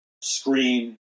screen